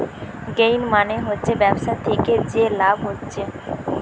gain মানে হচ্ছে ব্যবসা থিকে যে লাভ হচ্ছে